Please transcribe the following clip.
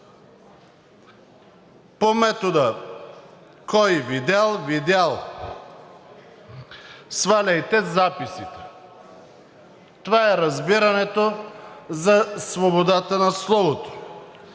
по метода: кой видял, видял, сваляйте записите. Това е разбирането за свободата на словото.